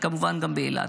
וכמובן גם באילת.